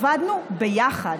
עבדנו ביחד.